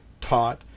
taught